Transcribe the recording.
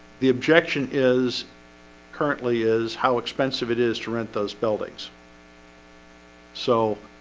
the objection is currently is how expensive it is to rent those buildings so